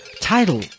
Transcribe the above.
title